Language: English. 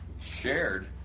shared